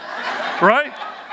right